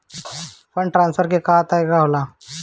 Fund transfer के का तरीका होला?